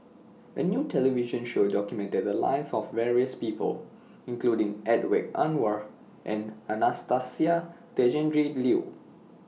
A New television Show documented The Lives of various People including Hedwig Anuar and Anastasia Tjendri Liew